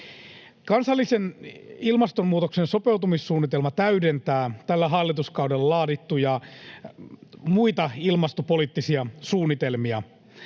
Kansallinen ilmastonmuutokseen sopeutumissuunnitelma täydentää tällä hallituskaudella laadittuja muita ilmastopoliittisia suunnitelmia.